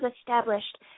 established